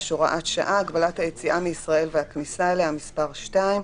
(הוראת שעה) (הגבלת היציאה מישראל והכניסה אליה) (מס' 2),